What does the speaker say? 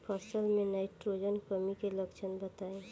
फसल में नाइट्रोजन कमी के लक्षण बताइ?